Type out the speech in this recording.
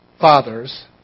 fathers